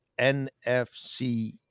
NFC